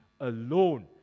alone